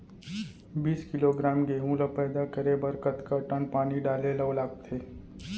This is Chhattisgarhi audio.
बीस किलोग्राम गेहूँ ल पैदा करे बर कतका टन पानी डाले ल लगथे?